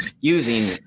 using